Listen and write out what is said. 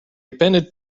appended